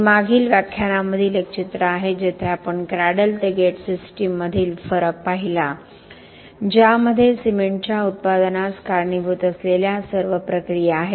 हे मागील व्याख्यानामधील एक चित्र आहे जेथे आपण क्रॅडल ते गेट सिस्टममधील फरक पाहिला ज्यामध्ये सिमेंटच्या उत्पादनास कारणीभूत असलेल्या सर्व प्रक्रिया आहेत